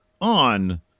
on